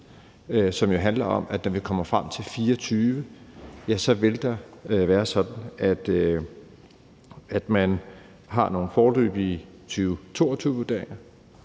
som jo handler om, at når vi kommer frem til 2024, vil det være sådan, at man har nogle foreløbige 2022-vurderinger,